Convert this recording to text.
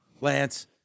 Lance